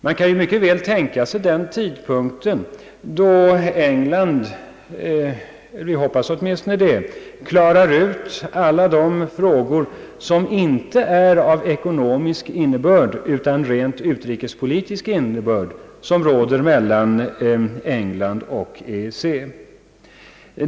Man kan mycket väl tänka sig — vi hoppas åtminstone det — en tidpunkt när England har klarat ut alla de frågor som inte är av ekonomisk innebörd, d. v. s. rent utrikespolitiska frågor, i förhållandet mellan England och EEC.